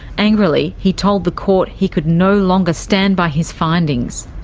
angrily, he told the court he could no longer stand by his findings.